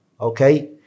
Okay